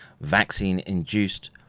vaccine-induced